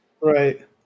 Right